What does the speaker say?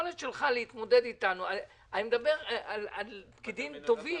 היכולת שלך להתמודד איתנו אני מדבר על פקידים טובים,